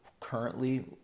Currently